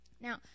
Now